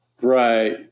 Right